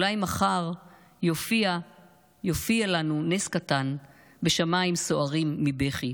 / אולי מחר יופיע לנו נס קטן / בשמיים סוערים מבכי.